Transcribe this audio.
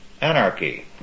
anarchy